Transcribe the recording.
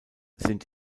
sind